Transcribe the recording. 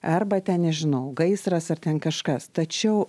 arba ten nežinau gaisras ar ten kažkas tačiau